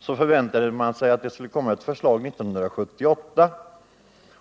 förväntade vi oss att det skulle komma under 1978.